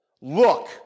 look